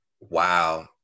wow